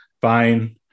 fine